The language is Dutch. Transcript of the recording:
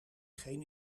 geen